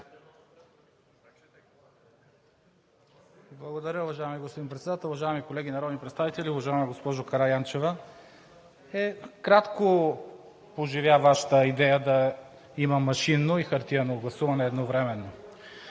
Благодаря. Уважаеми господин Председател, уважаеми колеги народни представители! Уважаема госпожо Караянчева, кратко поживя Вашата идея да има машинно и хартиено гласуване едновременно.